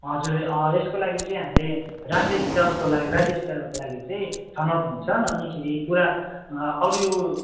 हजुर यसको लागि चाहिँ हामीले राज्य स्तरको लागि राज्य स्तरहरूको लागि चाहिँ छनौट हुन्छन् अनि खेरि पुरा अरू